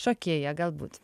šokėja galbūt